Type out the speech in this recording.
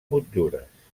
motllures